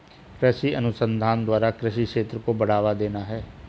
कृषि अनुसंधान द्वारा कृषि क्षेत्र को बढ़ावा देना है